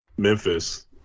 memphis